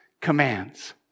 commands